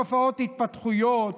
תופעות התפתחותיות,